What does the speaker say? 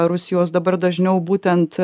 rusijos dabar dažniau būtent